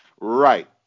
Right